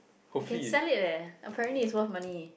you can sell it eh apparently it's worth money